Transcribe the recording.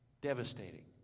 devastating